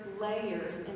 layers